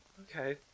Okay